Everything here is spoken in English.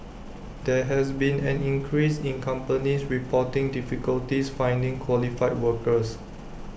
there has been an increase in companies reporting difficulties finding qualified workers